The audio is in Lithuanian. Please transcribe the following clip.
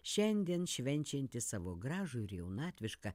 šiandien švenčiantį savo gražų ir jaunatvišką